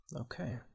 Okay